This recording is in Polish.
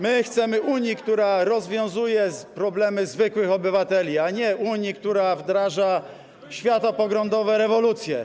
My chcemy Unii, która rozwiązuje problemy zwykłych obywateli, a nie Unii, która wdraża światopoglądowe rewolucje.